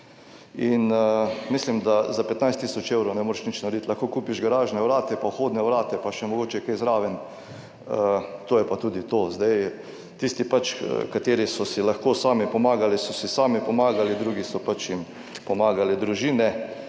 In mislim, da za 15 tisoč ne moreš nič narediti. Lahko kupiš garažna vrata pa vhodna vrata pa še mogoče kaj zraven, to je pa tudi to. Zdaj tisti pač, kateri so si lahko sami pomagali, so si sami pomagali, drugi so pač jim pomagale družine.